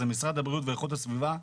זה משרד הבריאות ואיכות הסביבה.